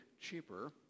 cheaper